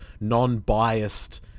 non-biased